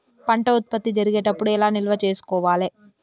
పంట ఉత్పత్తి జరిగేటప్పుడు ఎలా నిల్వ చేసుకోవాలి?